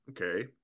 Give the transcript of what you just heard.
Okay